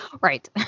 Right